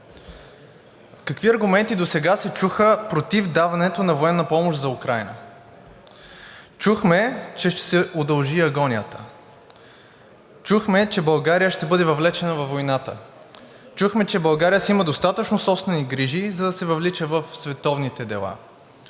Какви аргументи досега се чуха против даването на военна помощ за Украйна? Чухме, че ще се удължи агонията. Чухме, че България ще бъде въвлечена във войната. Чухме, че България си има достатъчно собствени грижи, за да се въвлича в световните дела.